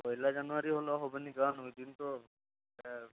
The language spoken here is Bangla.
পয়লা জানুয়ারি হলে হবে না কারণ ওই দিন তো একটা